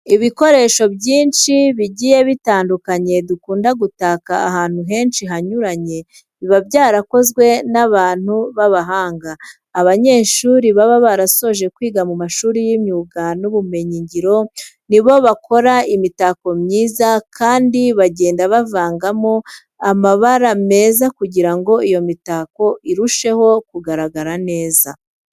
Ibikoresho byinshi bigiye bitandukanye dukunda gutaka ahantu henshi hanyuranye, biba byarakozwe n'abantu b'abahanga. Abanyeshuri baba barasoje kwiga mu mashuri y'imyuga n'ubumenyingiro ni bo bakora imitako myiza kandi bagenda bavagamo amabara meza kugira ngo iyo mitako irusheho kugaragara neza.